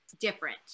different